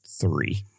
three